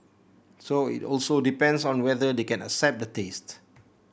so it also depends on whether they can accept the taste